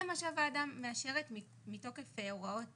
זה מה שהוועדה מאשרת מתוקף הוראות